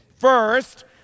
First